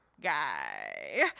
guy